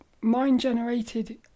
mind-generated